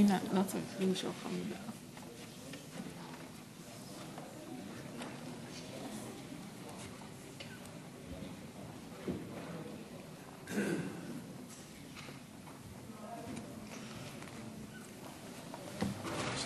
יש